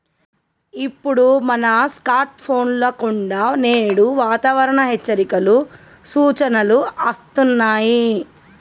ఇప్పుడు మన స్కార్ట్ ఫోన్ల కుండా నేడు వాతావరణ హెచ్చరికలు, సూచనలు అస్తున్నాయి